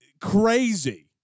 crazy